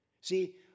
See